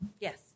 Yes